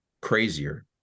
crazier